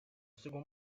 second